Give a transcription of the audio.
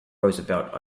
roosevelt